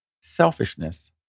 Selfishness